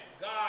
God